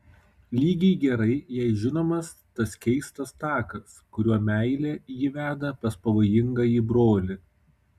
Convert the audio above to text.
lygiai gerai jai žinomas tas keistas takas kuriuo meilė jį veda pas pavojingąjį brolį